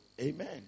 Amen